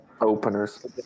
Openers